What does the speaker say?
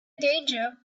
danger